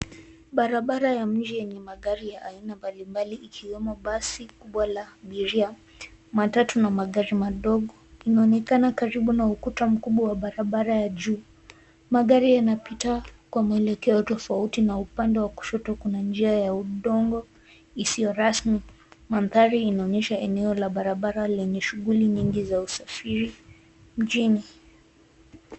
Barabara ya mji yenye mgari ya aina mbalimbali ikiwemo basi kubwa la abiria, matatu na magari madogo. Inaonekana karibu na ukuta mkubwa wa barabara ya juu. Magari yanapita kwa mwelekeo tofauti na upande wa kushoto kuna njia ya udongo isiyo rasmi. Mandhari inaonyesha eneo la barabara lenye shughuli nyingi za usafiri mjini.